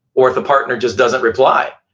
or if the partner just doesn't reply,